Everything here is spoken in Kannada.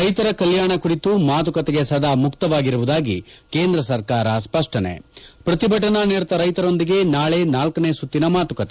ರೈತರ ಕಲ್ಯಾಣ ಕುರಿತು ಮಾತುಕತೆಗೆ ಸದಾ ಮುಕ್ತವಾಗಿರುವುದಾಗಿ ಕೇಂದ ಸರ್ಕಾರ ಸ್ಪಷ್ಟನೆ ಪ್ರತಿಭಟನಾ ನಿರತ ರೈತರೊಂದಿಗೆ ನಾಳೆ ನಾಲ್ಕನೇ ಸುತ್ತಿನ ಮಾತುಕತೆ